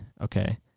Okay